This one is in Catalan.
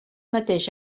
mateix